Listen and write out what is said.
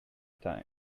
time